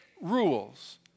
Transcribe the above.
rules